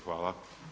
Hvala.